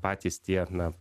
patys tie na